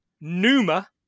Numa